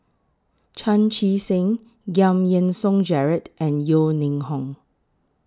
Chan Chee Seng Giam Yean Song Gerald and Yeo Ning Hong